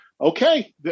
Okay